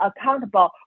accountable